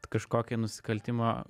kažkokį nusikaltimą